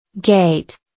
Gate